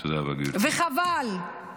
וחבל,